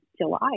July